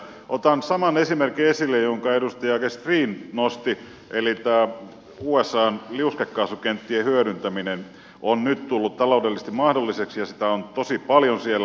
otan saman esimerkin esille jonka edustaja gestrin nosti eli usan liuskekaasukenttien hyödyntäminen on nyt tullut taloudellisesti mahdolliseksi ja sitä on tosi paljon siellä